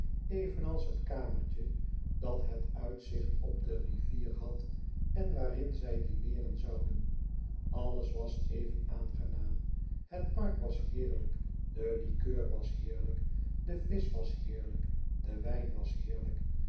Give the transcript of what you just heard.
evenals het kamertje dat het uitzicht op de rivier had en waarin zij dineeren zouden alles was even aangenaam het park was heerlijk de likeur was heerlijk de visch was heerlijk de wijn was heerlijk